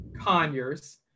Conyers